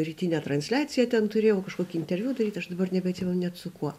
rytinę transliaciją ten turėjau kažkokį interviu daryti aš dabar nebeatsimenu net su kuo